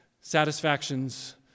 satisfactions